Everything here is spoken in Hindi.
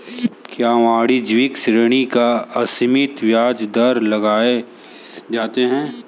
क्या वाणिज्यिक ऋण पर असीमित ब्याज दर लगाए जाते हैं?